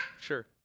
Sure